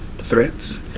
threats